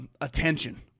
attention